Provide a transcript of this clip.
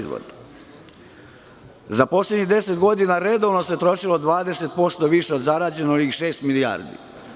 Za poslednjih deset godina redovno se trošilo 20% više od zarađenog, šest milijardi.